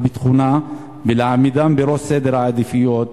ביטחונה ולהעמידם בראש סדר העדיפויות,